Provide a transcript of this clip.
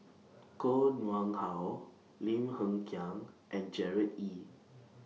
Koh Nguang How Lim Hng Kiang and Gerard Ee